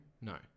No